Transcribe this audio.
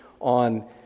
on